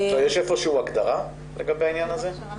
יש איפשהו הגדרה לגבי העניין הזה?